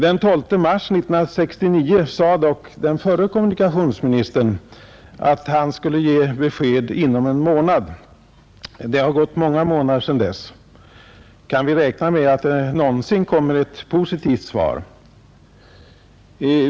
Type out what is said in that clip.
Den 12 mars 1969 sade dock den förre kommunikationsministern, att han skulle ge besked inom en månad. Det har gått många månader sedan dess. Kan vi räkna med att det någonsin kommer ett positivt svar?